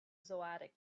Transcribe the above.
zodiac